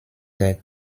den